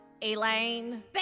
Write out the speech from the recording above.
Elaine